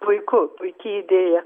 puiku puiki idėja